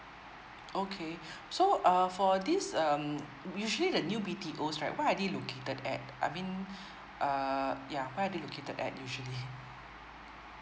okay so uh for this um usually the new B_T_O right where are they located at I mean uh ya where are they located at actually